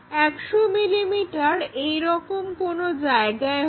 100 millimetre এইরকম কোনো জায়গায় হয়